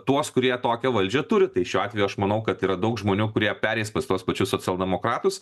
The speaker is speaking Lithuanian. tuos kurie tokią valdžią turi tai šiuo atveju aš manau kad yra daug žmonių kurie pereis pas tuos pačius socialdemokratus